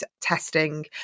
testing